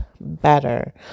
better